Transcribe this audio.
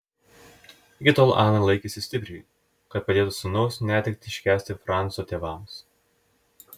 iki tol ana laikėsi stipriai kad padėtų sūnaus netektį iškęsti franco tėvams